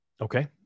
Okay